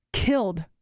Killed